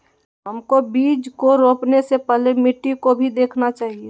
हमको बीज को रोपने से पहले मिट्टी को भी देखना चाहिए?